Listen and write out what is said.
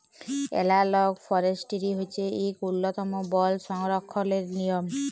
এলালগ ফরেসটিরি হছে ইক উল্ল্যতম বল সংরখ্খলের লিয়ম